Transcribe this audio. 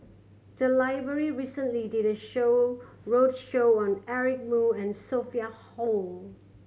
the library recently did a show roadshow on Eric Moo and Sophia Hull